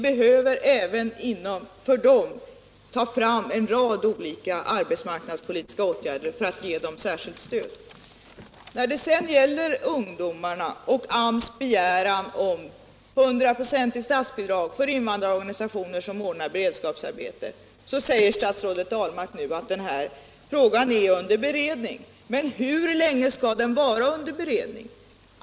Det måste vidtas en rad arbetsmarknadspolitiska åtgärder för att ge dem särskilt stöd. När det sedan gäller ungdomarna och AMS begäran om ett hundraprocentigt statsbidrag för invandrarorganisationer som ordnar beredskapsarbete säger statsrådet Ahlmark att den frågan är under beredning. Men hur länge skall den vara under beredning?